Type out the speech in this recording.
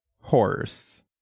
horse